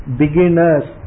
beginners